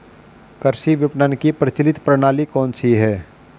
कृषि विपणन की प्रचलित प्रणाली कौन सी है?